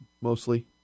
mostly